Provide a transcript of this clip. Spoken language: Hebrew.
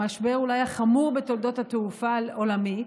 המשבר אולי החמור בתולדות התעופה העולמית.